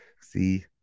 See